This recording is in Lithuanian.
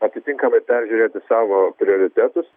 atitinkamai peržiūrėti savo prioritetus